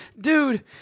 dude